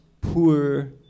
Poor